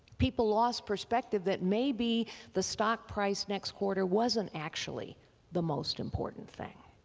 people lost perspective that maybe the stock price next quarter wasn't actually the most important thing.